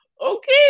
okay